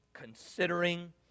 considering